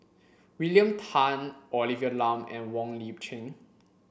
William Tan Olivia Lum and Wong Lip Chin